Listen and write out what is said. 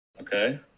Okay